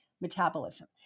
metabolism